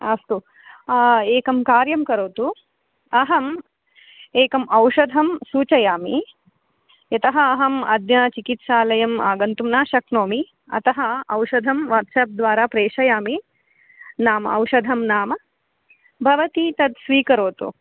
अस्तु एकं कार्यं करोतु अहम् एकम् औषधं सूचयामि यतः अहम् अद्य चिकित्सालयम् आगन्तुं न शक्नोमि अतः औषधं वाट्सेप् द्वारा प्रेषयामि नाम् औषधं नाम भवती तत् स्वीकरोतु